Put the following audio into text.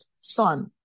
son